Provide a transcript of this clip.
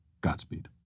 Godspeed